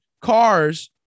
cars